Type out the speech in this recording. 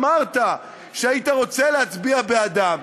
אמרת שהיית רוצה להצביע בעדם.